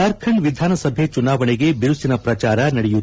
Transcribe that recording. ಜಾರ್ಖಂಡ್ ವಿಧಾನಸಭೆ ಚುನಾವಣೆಗೆ ಬಿರುಸಿನ ಪ್ರಚಾರ ನಡೆಯುತ್ತಿದೆ